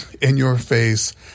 in-your-face